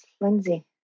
Lindsay